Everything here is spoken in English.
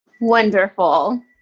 Wonderful